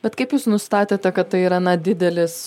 bet kaip jūs nustatėte kad tai yra na didelis